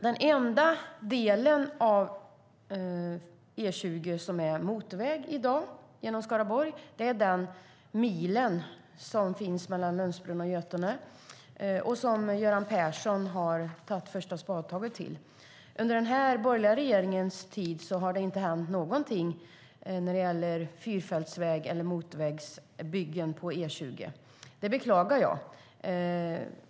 Den enda delen av E20 genom Skaraborg som är motorväg i dag är milen mellan Lundsbrunn och Götene och som Göran Persson har tagit första spadtaget till. Under den borgerliga regeringens tid har det inte hänt någonting när det gäller fyrfältsväg eller motorvägsbyggen på E20. Det beklagar jag.